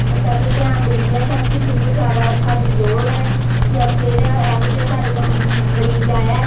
ਉਹ ਪਹਿਲੋਂ ਧਿਆਨ ਦਿੰਦੀਆਂ ਸਨ ਕਿ ਕਿਹਨੂੰ ਜ਼ਿਆਦਾ ਸਾਡੀ ਲੋੜ ਹੈ ਜਾਂ ਕਿਹੜਾ ਇਹੋ ਜਿਹਾ ਸਾਡੇ ਕੋਲ ਮਨ ਮਰੀਜ਼ ਆਇਆ